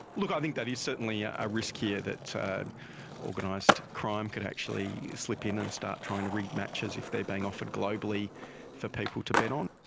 look, i think that is certainly a risk here, that organised crime could actually slip in and start trying to rig matches if they are being offered globally for people to bet on.